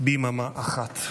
ביממה אחת,